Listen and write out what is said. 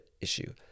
issue